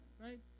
right